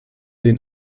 den